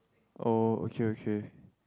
oh okay okay